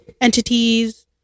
entities